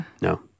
No